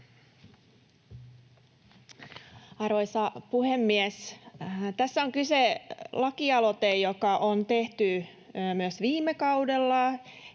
Arvoisa puhemies! Tässä on kyseessä lakialoite, joka on tehty myös viime kaudella